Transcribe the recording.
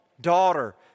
Daughter